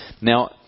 Now